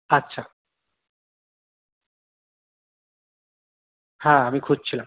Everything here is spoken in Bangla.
আচ্ছা হ্যাঁ আমি খুঁজছিলাম